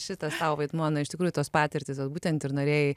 šitas vaidmuo na iš tikrųjų tos patirtys būtent ir norėjai